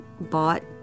bought